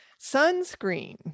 sunscreen